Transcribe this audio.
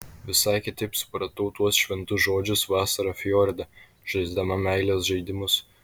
visai kitaip supratau tuos šventus žodžius vasarą fjorde žaisdama meilės žaidimus